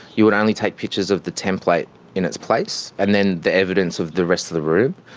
you would only take pictures of the template in its place and then the evidence of the rest of the room.